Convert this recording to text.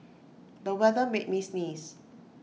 the weather made me sneeze